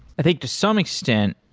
i think to some extent,